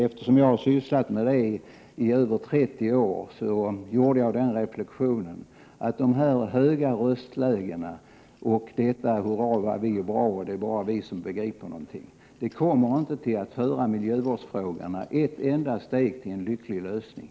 Eftersom jag har sysslat med dem i över 30 år gjorde jag reflexionen att dessa höga röstlägen och uttalanden, som präglades av attityden ”Hurra vad vi är bra” eller ”Det är bara vi som begriper någonting”, inte kommer att föra miljövårdsfrågorna ett enda steg närmare en lycklig lösning.